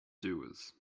doers